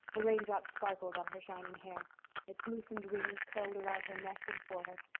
the raindrops sparkled on her shining hair its loosened rings curled around her neck and forehead.